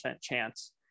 chance